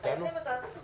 שלום.